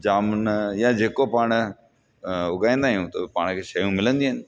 जामुन या जेको पाण उॻाईंदा आहियूं त पाण खे शयूं मिलंदियूं आहिनि